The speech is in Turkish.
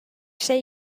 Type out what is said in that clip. şey